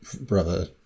brother